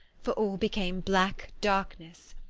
for all became black darkness.